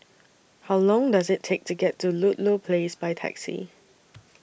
How Long Does IT Take to get to Ludlow Place By Taxi